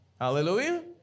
Hallelujah